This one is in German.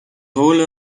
rolle